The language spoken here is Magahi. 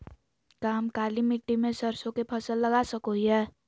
का हम काली मिट्टी में सरसों के फसल लगा सको हीयय?